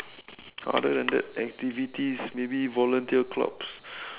other than that activities maybe volunteer clubs